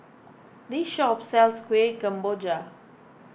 this shop sells Kueh Kemboja